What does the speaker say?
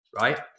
Right